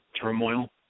turmoil